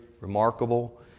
remarkable